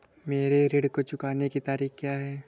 मेरे ऋण को चुकाने की तारीख़ क्या है?